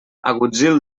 agutzil